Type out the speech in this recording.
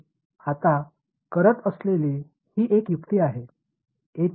எனவே நான் இப்போது செய்வது இது ஒரு சிறிய தந்திரம்